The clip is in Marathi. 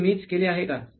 हे मीच केले आहे का